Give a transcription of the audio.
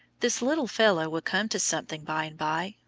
this little fellow will come to something by-and-by,